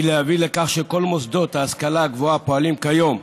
היא להביא לכך שכל מוסדות ההשכלה הגבוהה הפועלים כיום,